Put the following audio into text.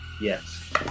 Yes